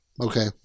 Okay